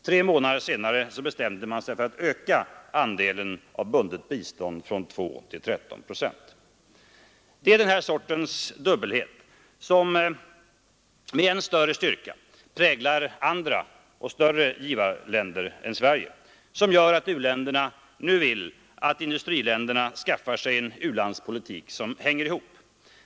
Tre månader senare bestämde man sig för att öka andelen av bundet bistånd från 2 till 13 procent. Det är den sortens dubbelhet — som med än större styrka präglar andra och större givarländer än Sverige — som gör att u-länderna nu vill att industriländerna börjar bedriva en u-landspolitik som hänger ihop.